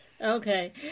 Okay